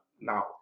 now